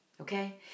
Okay